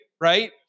right